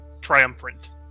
triumphant